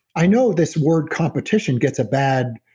i know this word competition gets a bad